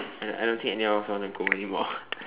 I I don't think any of us want to go anymore